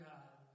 God